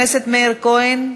חבר הכנסת מאיר כהן?